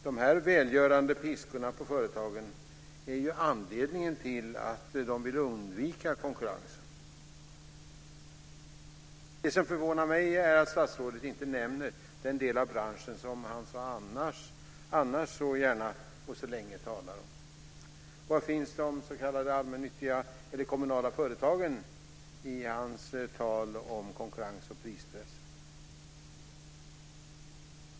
Dessa välgörande piskor på företagen är ju anledningen till att de vill undvika konkurrens. Det som förvånar mig är att statsrådet inte nämner den del av branschen som han annars så gärna och länge talar om. Var finns de s.k. allmännyttiga eller kommunala företagen i hans tal om konkurrens och prispress?